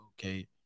okay